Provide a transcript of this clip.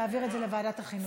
להעביר את זה לוועדת החינוך.